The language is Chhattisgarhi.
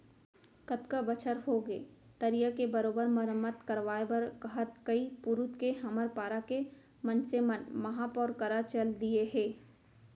कतका बछर होगे तरिया के बरोबर मरम्मत करवाय बर कहत कई पुरूत के हमर पारा के मनसे मन महापौर करा चल दिये हें